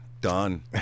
Done